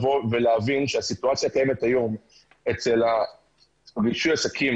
להבין שהסיטואציות האלה כיום אצל רישוי עסקים,